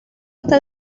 está